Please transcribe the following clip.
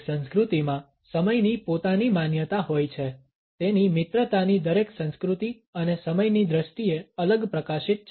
દરેક સંસ્કૃતિમાં સમયની પોતાની માન્યતા હોય છે તેની મિત્રતાની દરેક સંસ્કૃતિ અને સમયની દ્રષ્ટિએ અલગ પ્રકાશિત છે